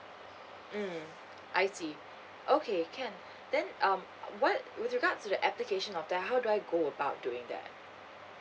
mm I see okay can then um what with regards to the application of that how do I go about doing that